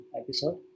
episode